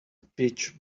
pitch